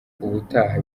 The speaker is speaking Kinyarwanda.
ubutaha